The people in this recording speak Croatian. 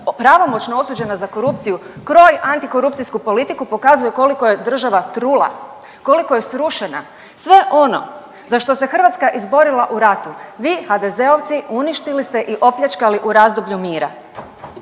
pravomoćno osuđena za korupciju kroji antikorupcijsku politiku pokazuje koliko je država trula, koliko je srušena. Sve ono za što se Hrvatska izborila u ratu vi HDZ-ovci uništili ste i opljačkali u razdoblju mira.